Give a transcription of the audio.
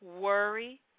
worry